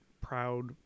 proud